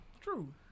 True